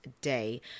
Day